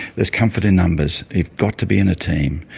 there's comfort in numbers. you've got to be in a team.